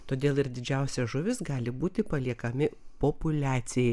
todėl ir didžiausia žuvis gali būti paliekami populiacijai